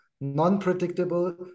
non-predictable